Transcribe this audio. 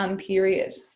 um period.